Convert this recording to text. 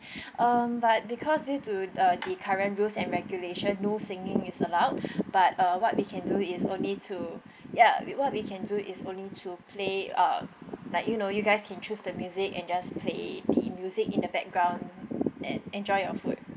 um but because due to uh the current rules and regulation no singing is allowed but uh what we can do is only to ya what we can do is only to play uh like you know you guys can choose the music and just play the music in the background and enjoy your food